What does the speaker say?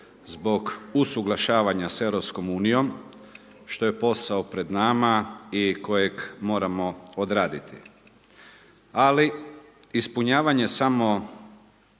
zbog usuglašavanja sa EU-om, što je posao pred nama i kojeg moramo odraditi ali ispunjavanje samo